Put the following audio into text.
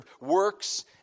works